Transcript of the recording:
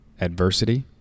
adversity